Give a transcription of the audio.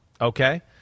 Okay